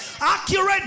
Accurate